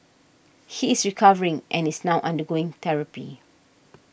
he is recovering and is now undergoing therapy